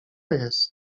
jest